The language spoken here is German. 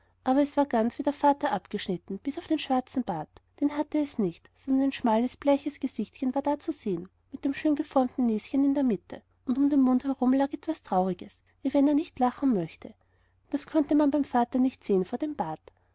aber es war ganz wie vom vater abgeschnitten bis auf den schwarzen bart den hatte es nicht sondern ein schmales bleiches gesichtchen war da zu sehen mit dem schöngeformten näschen in der mitte und um den mund herum lag etwas trauriges wie wenn er nicht lachen möchte das konnte man beim vater nicht sehen vor dem bart